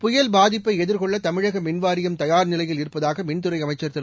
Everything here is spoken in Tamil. புயல் பாதிப்பைஎதிர்கொள்ள தமிழகமின்வாரியம் தயார்நிலையில் இருப்பதாகமின்துறைஅமைச்சர் திரு